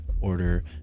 order